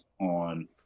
on